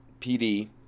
PD